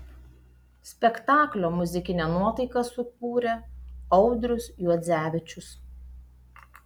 spektaklio muzikinę nuotaiką sukūrė audrius juodzevičius